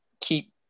keep